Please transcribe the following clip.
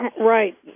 Right